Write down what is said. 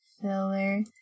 filler